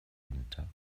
winter